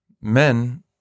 Men